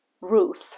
Ruth